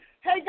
Hey